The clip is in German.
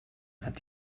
hat